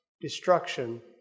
destruction